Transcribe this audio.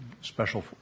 Special